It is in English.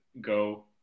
go